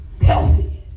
Healthy